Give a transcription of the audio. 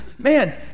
Man